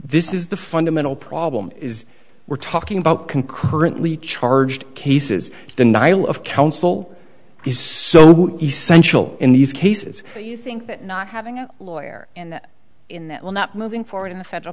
this is the fundamental problem is we're talking about concurrently charged cases the nihil of counsel is so essential in these cases that you think that not having a lawyer in that will not moving forward in the federal